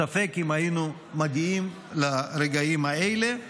ספק אם היינו מגיעים לרגעים האלה.